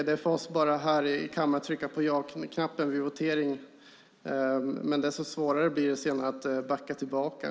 Det är för oss här i kammaren att bara trycka på ja-knappen vid voteringen. Desto svårare blir det senare att backa tillbaka.